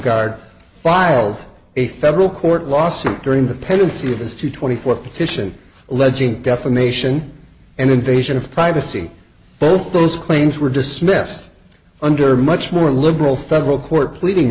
guard filed a federal court lawsuit during the pendency of this two twenty four petition alleging defamation and invasion of privacy both of those claims were dismissed under much more liberal federal court pleading